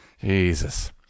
jesus